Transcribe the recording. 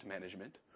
management